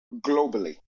globally